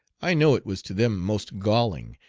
i know it was to them most galling,